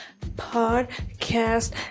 podcast